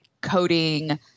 coding